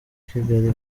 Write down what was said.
kigali